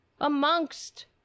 amongst